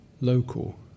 local